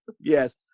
Yes